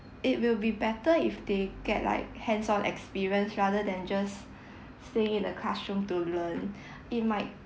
it will be better if they get like hands on experience rather than just stay in the classroom to learn it might